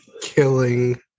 killing